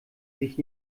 sich